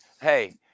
Hey